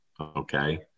okay